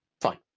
fine